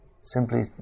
simply